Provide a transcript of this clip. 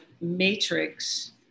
matrix